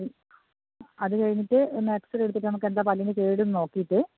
അത് കഴിഞ്ഞിട്ട് ഒന്ന് എക്സ്റേ എടുത്തിട്ട് നമുക്ക് എന്താ പല്ലിന് കേട് എന്ന് നോക്കിയിട്ട്